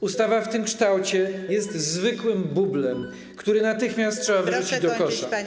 Ustawa w tym kształcie jest zwykłym bublem, który natychmiast trzeba wyrzucić do kosza.